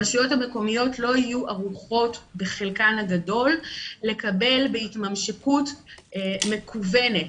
הרשויות המקומיות לא יהיו ערוכות בחלקן הגדול לקבל בהתממשקות מקוונת,